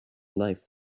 life